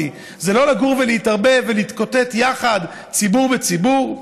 זה לא לגור ולהתערבב ולהתקוטט יחד ציבור בציבור?